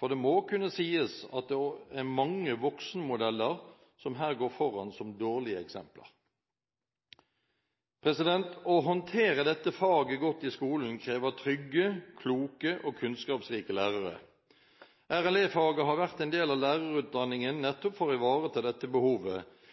for det må kunne sies at det er mange voksne som her går foran som dårlige eksempler. Å håndtere dette faget godt i skolen krever trygge, kloke og kunnskapsrike lærere. RLE-faget har vært en del av lærerutdanningen nettopp for å ivareta dette behovet,